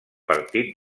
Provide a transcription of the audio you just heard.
partit